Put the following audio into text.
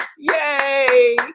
Yay